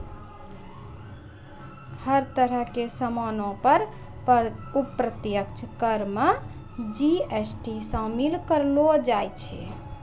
हर तरह के सामानो पर अप्रत्यक्ष कर मे जी.एस.टी शामिल करलो जाय छै